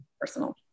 personal